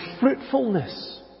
fruitfulness